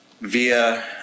via